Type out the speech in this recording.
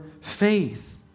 faith